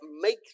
make